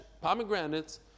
pomegranates